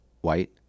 White